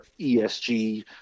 esg